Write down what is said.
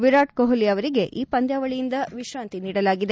ವಿರಾಟ್ ಕೊಹ್ಲಿ ಅವರಿಗೆ ಈ ಪಂದ್ಯಾವಳಿಯಿಂದ ವಿಶ್ರಾಂತಿ ನೀಡಲಾಗಿದೆ